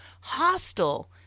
Hostile